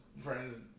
friends